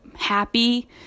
happy